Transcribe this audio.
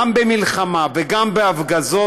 גם במלחמה וגם בהפגזות,